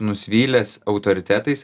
nusivylęs autoritetais